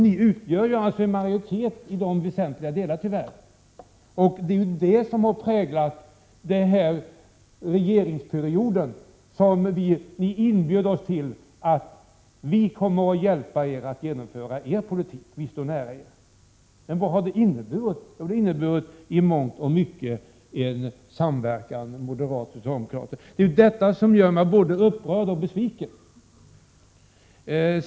Ni utgör tyvärr en majoritet i de väsentliga frågorna, och det är det förhållandet som har präglat den regeringsperiod under vilken ni erbjöd er att hjälpa oss att genomföra vår politik, eftersom ni stod nära den. Men vad har resultatet blivit? Jo, i mångt och mycket en samverkan mellan moderater och socialdemokrater. Det är det som gör mig både upprörd och besviken.